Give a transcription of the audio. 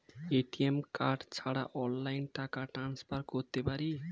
ATM card ছাড়া অনলাইনে টাকা টান্সফার করতে পারি?